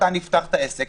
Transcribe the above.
מתי אפתח את העסק,